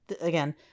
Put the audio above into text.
again